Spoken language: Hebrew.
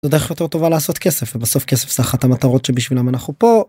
זו דרך יותר טובה לעשות כסף ובסוף כסף זה אחת המטרות שבשבילם אנחנו פה.